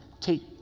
take